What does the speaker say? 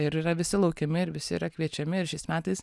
ir yra visi laukiami ir visi yra kviečiami ir šiais metais